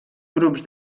grups